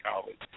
college